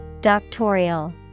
Doctorial